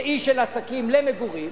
שהיא של עסקים, למגורים,